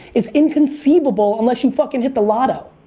it's inconceivable unless you fucking hit the lotto.